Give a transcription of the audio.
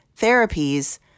therapies